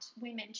women